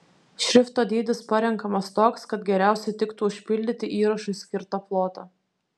šrifto dydis parenkamas toks kad geriausiai tiktų užpildyti įrašui skirtą plotą